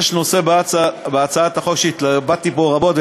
יש נושא בהצעת החוק שהתלבטתי בו רבות,